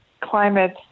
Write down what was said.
climate